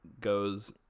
goes